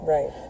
Right